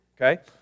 okay